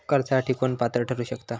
कर्जासाठी कोण पात्र ठरु शकता?